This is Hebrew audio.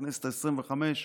הכנסת העשרים-וחמש,